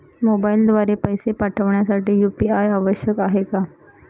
मोबाईलद्वारे पैसे पाठवण्यासाठी यू.पी.आय आवश्यक आहे का?